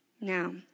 Now